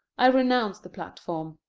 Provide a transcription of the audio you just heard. i renounce the platform.